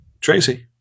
Tracy